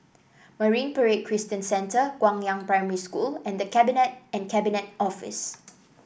Marine Parade Christian Centre Guangyang Primary School and The Cabinet and Cabinet Office